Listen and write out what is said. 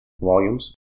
volumes